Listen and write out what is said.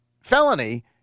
felony